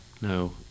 No